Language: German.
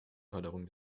förderung